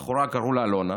בחורה שקראו לה אלונה,